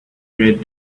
read